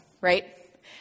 right